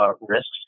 risks